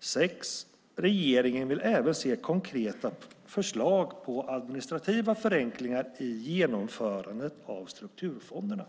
6. Regeringen vill även se konkreta förslag på administrativa förenklingar i genomförandet av strukturfonderna.